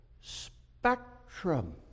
spectrum